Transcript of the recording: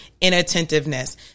inattentiveness